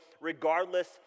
regardless